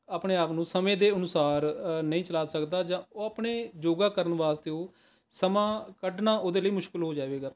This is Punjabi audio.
ਆਪਣੇ ਆਪ ਨੂੰ ਸਮੇਂ ਦੇ ਅਨੁਸਾਰ ਅ ਨਹੀਂ ਚਲਾ ਸਕਦਾ ਜਾਂ ਉਹ ਆਪਣੇ ਯੋਗਾ ਕਰਨ ਵਾਸਤੇ ਉਹ ਸਮਾਂ ਕੱਢਣਾ ਉਹਦੇ ਲਈ ਮੁਸ਼ਕਿਲ ਹੋ ਜਾਵੇਗਾ